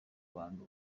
bantu